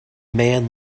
man